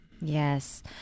Yes